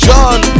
John